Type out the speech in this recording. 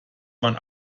man